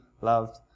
loved